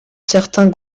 certains